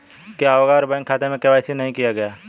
क्या होगा अगर बैंक खाते में के.वाई.सी नहीं किया गया है?